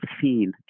seen